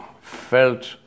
felt